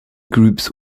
groups